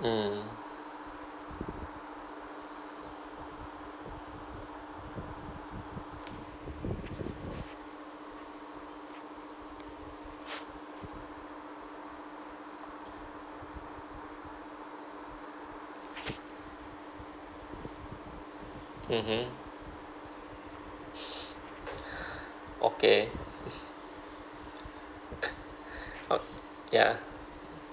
mm mm mmhmm okay okay ya